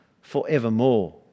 forevermore